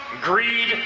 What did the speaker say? greed